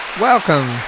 Welcome